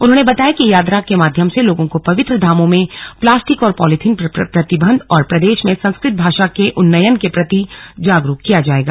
उन्होंने बताया कि यात्रा के माध्यम से लोगों को पवित्र धामों में प्लास्टिक और पॉलीथिन पर प्रतिबंध और प्रदेश में संस्कृत भाषा के उन्नयन के प्रति जागरूक किया जाएगा